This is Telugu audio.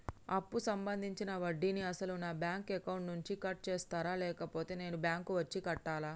అప్పు సంబంధించిన వడ్డీని అసలు నా బ్యాంక్ అకౌంట్ నుంచి కట్ చేస్తారా లేకపోతే నేను బ్యాంకు వచ్చి కట్టాలా?